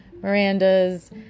Miranda's